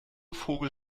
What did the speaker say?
vogel